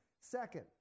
Second